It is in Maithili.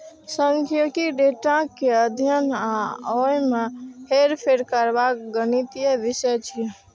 सांख्यिकी डेटा के अध्ययन आ ओय मे हेरफेर करबाक गणितीय विषय छियै